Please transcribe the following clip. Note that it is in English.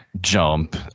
jump